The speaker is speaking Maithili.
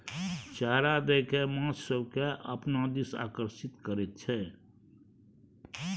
चारा दए कय माछ सभकेँ अपना दिस आकर्षित करैत छै